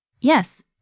Yes